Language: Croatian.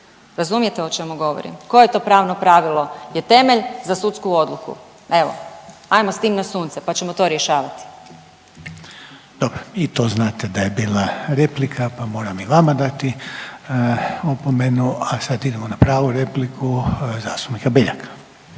Razumijete o čemu govorim. Koje to pravno pravilo je temelj za sudsku odluku? Evo, ajmo s tim na sunce pa ćemo to rješavati. **Reiner, Željko (HDZ)** Dobro i to znate da je bila replika pa moram i vama dati opomenu, a sad idemo na pravu repliku zastupnika Beljaka.